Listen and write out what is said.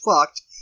fucked